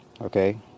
okay